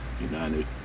United